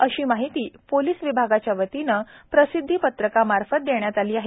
अशी माहिती पोलीस विभागाच्या वतीने प्रसिद्धीपत्रकामार्फत देण्यात आली आहे